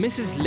Mrs